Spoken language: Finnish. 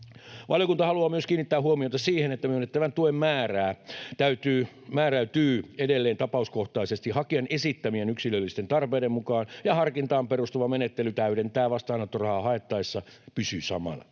Valiokunta haluaa myös kiinnittää huomiota siihen, että myönnettävän tuen määrä määräytyy edelleen tapauskohtaisesti hakijan esittämien yksilöllisten tarpeiden mukaan ja harkintaan perustuva menettely täydentävää vastaanottorahaa haettaessa pysyy samana.